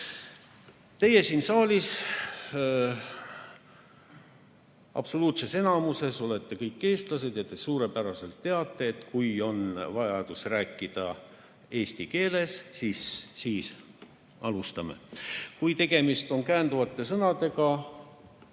siin saalis absoluutses enamuses olete kõik eestlased ja te teate suurepäraselt, et kui on vaja rääkida eesti keeles, siis alustame järgmisest. Kui tegemist on käänduvate sõnadega,